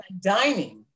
dining